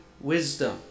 wisdom